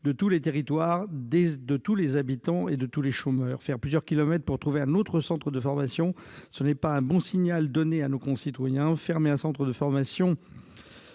de tous les territoires, de tous les habitants et de tous les chômeurs. Contraindre les gens à parcourir plusieurs kilomètres pour trouver un autre centre de formation, ce n'est pas un bon signal donné à nos concitoyens ! Fermer un centre de formation